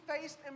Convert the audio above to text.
faced